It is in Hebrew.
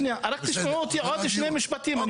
רק תשמעו אותי עוד שני משפטים.